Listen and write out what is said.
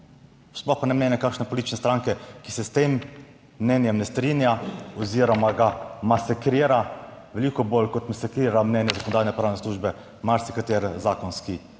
Sploh pa ne mnenje kakšne politične stranke, ki se s tem mnenjem ne strinja oziroma ga masekrira veliko bolj kot masekrira mnenje Zakonodajno-pravne službe, marsikateri zakonski